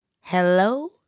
Hello